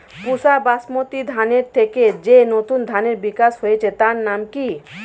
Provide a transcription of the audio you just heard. পুসা বাসমতি ধানের থেকে যে নতুন ধানের বিকাশ হয়েছে তার নাম কি?